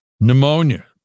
Pneumonia